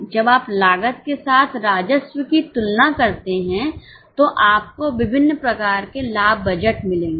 जब आप लागत के साथ राजस्व की तुलना करते हैं तो आपको विभिन्न प्रकार के लाभ बजट मिलेंगे